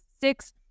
six